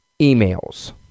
emails